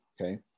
Okay